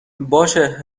باشه